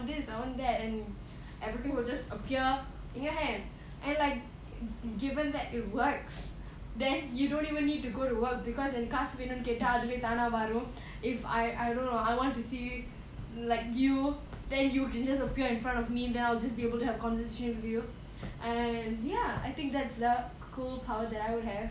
everything will just appear in your hand and like given that it works then you don't even need to go to work because எனக்கு காசு வேனூனு கேட்ட அதுவே தானா வரும்:enakku kaasu venoonu ketta adhuve thaana varum if I I don't know I want to see like you then you can just appear in front of me then I'll just be able to have a conversation with you and ya I think that's the cool power that I would have